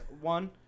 one